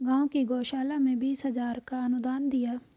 गांव की गौशाला में बीस हजार का अनुदान दिया